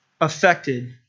affected